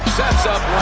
that's up